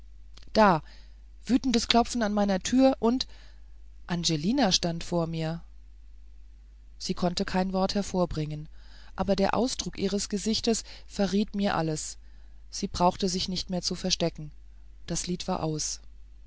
da wütendes klopfen an meiner tür und angelina stand vor mir sie konnte kein wort hervorbringen aber der ausdruck ihres gesichtes verriet mir alles sie brauchte sich nicht mehr zu verstecken das lied war aus